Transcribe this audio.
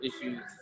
issues